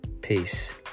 peace